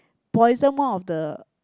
poison one of the